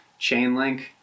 Chainlink